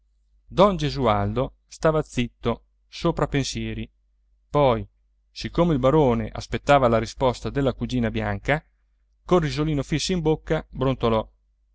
don gesualdo stava zitto sopra pensieri poi siccome il barone aspettava la risposta della cugina bianca col risolino fisso in bocca brontolò